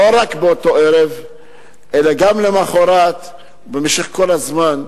לא רק באותו ערב אלא גם למחרת ובמשך כל הזמן,